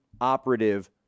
operative